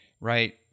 right